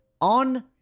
on